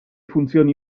funzioni